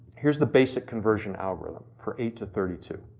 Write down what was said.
here's the basic conversion algorithm for eight to thirty two